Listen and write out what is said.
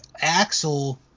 Axel